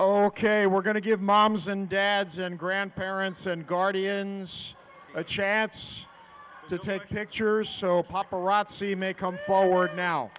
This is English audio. ok we're going to give moms and dads and grandparents and guardians a chance to take pictures so papa razzi may come forward now